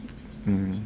mm